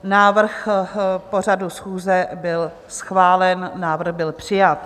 Návrh pořadu schůze byl schválen, návrh byl přijat.